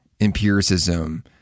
empiricism